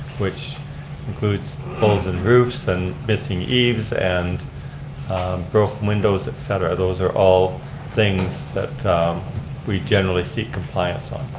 which includes holes in roofs and missing eves and broke windows, et cetera. those are all things that we generally seek compliance on.